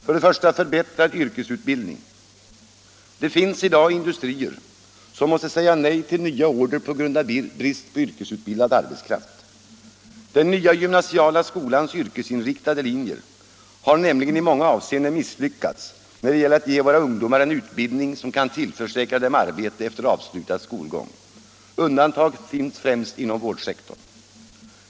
För det första förbättrad yrkesutbildning. Det finns i dag industrier, som måste säga nej till nya order på grund av brist på yrkesutbildad arbetskraft. Den nya gymnasiala skolans yrkesinriktade linjer har nämligen i många avseenden misslyckats när det gäller att ge våra ungdomar en utbildning som kan tillförsäkra dem arbete efter avslutad skolgång. Undantag finns främst inom vårdsektorn.